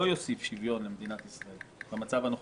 יוסיף שוויון למדינת ישראל במצב הנוכחי.